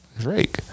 Drake